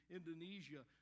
Indonesia